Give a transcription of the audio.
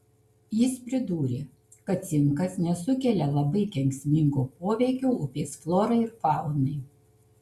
jis pridūrė kad cinkas nesukelia labai kenksmingo poveikio upės florai ir faunai